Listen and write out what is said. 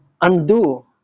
undo